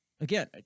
again